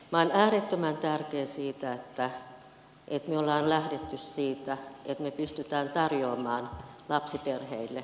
on äärettömän tärkeää että me olemme lähteneet siitä että pystymme tarjoamaan lapsiperheille kotihoidon palveluita